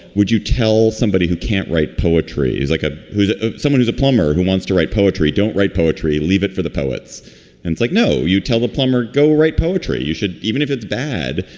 would you tell somebody who can't write poetry is like a who's someone who's a plumber, who wants to write poetry, don't write poetry, leave it for the poets. and it's like, no, you tell the plumber, go write poetry you should even if it's bad,